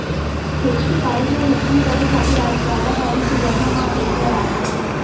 खेती के कारज ल झटकुन करे खातिर आज गाड़ा गाड़ी के जघा म टेक्टर आ गए हे